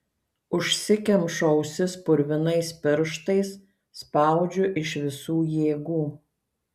užsikemšu ausis purvinais pirštais spaudžiu iš visų jėgų